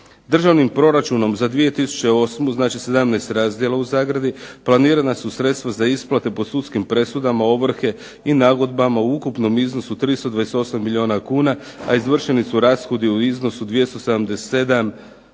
"Državnim proračunom za 2008.", znači 17 razdjela u zagradi, "planirana su sredstva za isplate po sudskim presudama, ovrhe i nagodbama u ukupnom iznosu 328 milijuna kuna, a izvršeni su rashodi u iznosu 277 milijuna